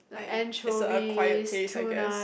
i like is a acquired taste I guess